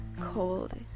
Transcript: cold